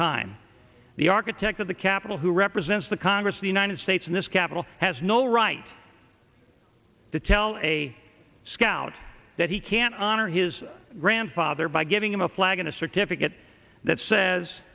time the architect of the capitol who represents the congress the united states in this capitol has no right to tell a scout that he can't honor his grandfather by giving him a flag and a certificate that says